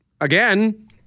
again